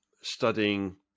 studying